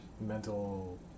mental